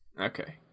Okay